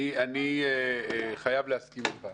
אני חייב להסכים איתך.